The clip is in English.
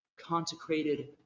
consecrated